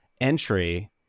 entry